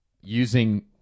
Using